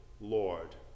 Lord